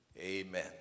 Amen